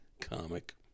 comic